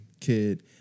kid